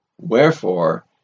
Wherefore